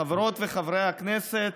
חברות וחברי הכנסת,